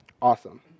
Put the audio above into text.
Awesome